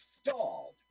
stalled